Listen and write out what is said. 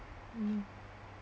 mm